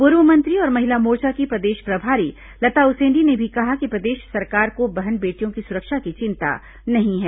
पूर्व मंत्री और महिला मोर्चा की प्रदेश प्रभारी लता उसेंडी ने भी कहा कि प्रदेश सरकार को बहन बेटियों की सुरक्षा की चिंता नहीं है